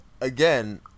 again